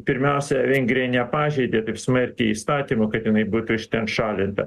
pirmiausia vengrija nepažeidė taip smarkiai įstatymų kad jinai būtų iš ten šalinta